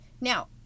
now